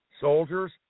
soldiers